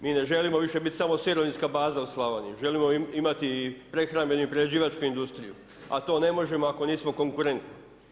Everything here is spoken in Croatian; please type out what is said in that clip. Mi ne želimo više biti samo sirovinska baza u Slavoniji, želimo imati i prehrambenu, prerađivačku industriju, a to ne možemo ako nismo konkurentni.